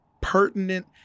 pertinent